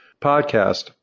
podcast